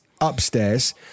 upstairs